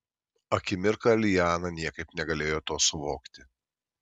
akimirką liana niekaip negalėjo to suvokti